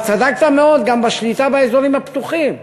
צדקת מאוד גם בשליטה באזורים הפתוחים.